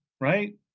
Right